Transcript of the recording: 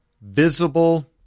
visible